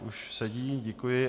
Už sedí děkuji.